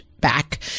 back